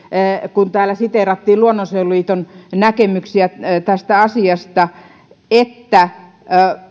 kun täällä siteerattiin luonnonsuojeluliiton näkemyksiä tästä asiasta että